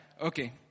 okay